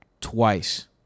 twice